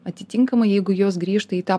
atitinkamai jeigu jos grįžta į tą